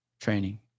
training